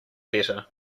better